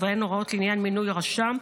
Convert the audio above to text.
ובהן הוראות לעניין מינוי רשם,